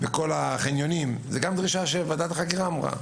בכל החניונים זאת גם דרישה שוועדת החקירה אמרה,